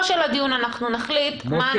של הדיון אנחנו נחליט מה אנחנו עושים.